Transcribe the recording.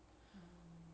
ya